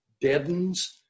deadens